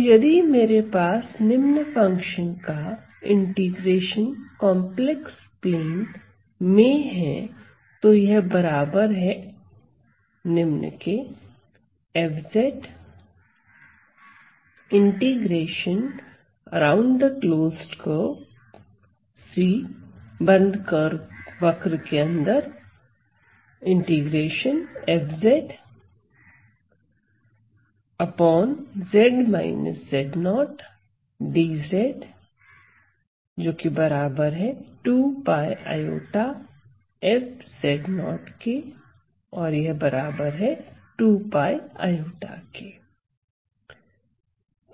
तो यदि मेरे पास निम्न फंक्शन का इंटीग्रेशन कॉम्प्लेक्स प्लेन में है तो यह बराबर है निम्न के